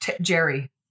Jerry